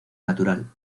natural